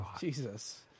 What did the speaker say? Jesus